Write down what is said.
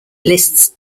lists